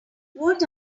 what